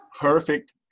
Perfect